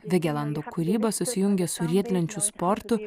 vigelando kūryba susijungia su riedlenčių sportu